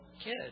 kid